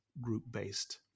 group-based